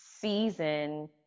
season